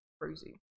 Crazy